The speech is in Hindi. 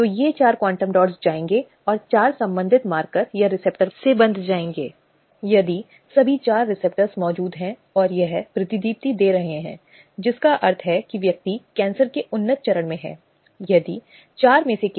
लेकिन केवल अपमानजनक उपचार जिसका कोई संबंध नहीं है आप जानते हैं बोले गए शब्द या व्यवहार से पता चलता है कि किसमें यौन अवमानना है आदि तो यह यौन उत्पीड़न की परिभाषा के लिए योग्य नहीं हो सकता है